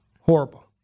Horrible